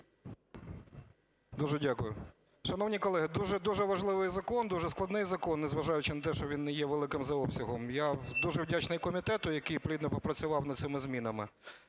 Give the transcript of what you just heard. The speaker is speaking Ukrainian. Дуже дякую. Шановні колеги, дуже важливий закон, дуже складний закон, незважаючи на те, що він не є великим за обсягом. Я дуже вдячний комітету, який плідно попрацював над цими змінами.